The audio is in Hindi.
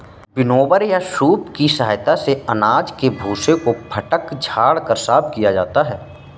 विनोवर या सूप की सहायता से अनाज के भूसे को फटक झाड़ कर साफ किया जाता है